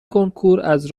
کنکوراز